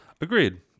Agreed